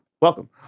Welcome